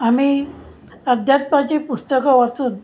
आम्ही अध्यात्माची पुस्तकं वाचून